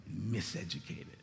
miseducated